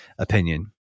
opinion